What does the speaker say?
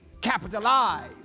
capitalize